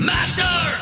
Master